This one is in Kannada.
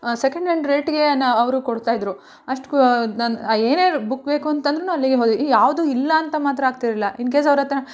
ಸೆಕೆಂಡ್ ಹ್ಯಾಂಡ್ ರೇಟ್ಗೇನ ಅವರು ಕೊಡ್ತಾಯಿದ್ದರು ಅಷ್ಟು ಏನೇ ಬುಕ್ ಬೇಕು ಅಂತಂದ್ರೂ ಅಲ್ಲಿಗೆ ಹೋದೆ ಈ ಯಾವುದು ಇಲ್ಲ ಅಂತ ಮಾತ್ರ ಆಗ್ತಿರಲಿಲ್ಲ ಇನ್ ಕೇಸ್ ಅವ್ರ ಹತ್ರ